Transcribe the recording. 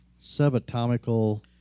subatomical